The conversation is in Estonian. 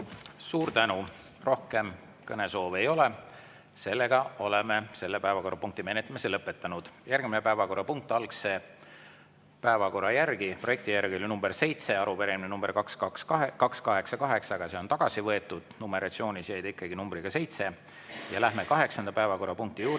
Suur tänu! Rohkem kõnesoove ei ole. Oleme selle päevakorrapunkti menetlemise lõpetanud. Järgmine päevakorrapunkt algse päevakorra järgi oli nr 7, arupärimine nr 288, aga see on tagasi võetud, numeratsioonis jäi ta ikkagi numbriga 7. Läheme kaheksanda päevakorrapunkti juurde,